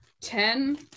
ten